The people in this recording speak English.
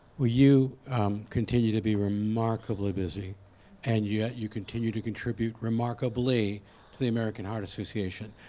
well you continue to be remarkably busy and yet, you continue to contribute remarkably to the american heart association.